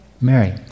Mary